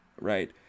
right